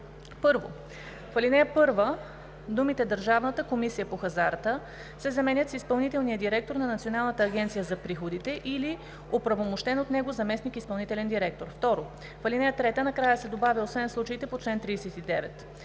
1. В ал. 1 думите „Държавната комисия по хазарта“ се заменят с „изпълнителния директор на Националната агенция за приходите или оправомощен от него заместник изпълнителен директор“. 2. В ал. 3 накрая се добавя „освен в случаите по чл. 39“.